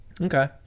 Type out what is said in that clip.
okay